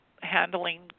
handling